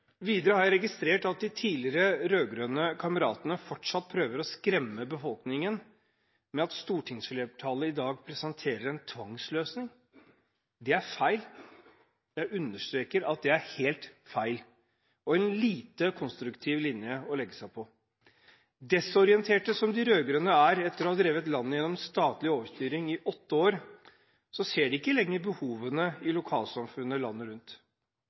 Videre har jeg registrert at de tidligere rød-grønne kameratene fortsatt prøver å skremme befolkningen med at stortingsflertallet i dag presenterer en tvangsløsning. Det er feil – jeg understreker at det er helt feil og en lite konstruktiv linje å legge seg på. Desorienterte som de rød-grønne er etter å ha drevet landet gjennom statlig overstyring i åtte år, ser de ikke lenger behovene i lokalsamfunnene landet rundt.